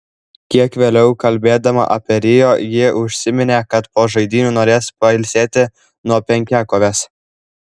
kiek vėliau kalbėdama apie rio ji užsiminė kad po žaidynių norės pailsėti nuo penkiakovės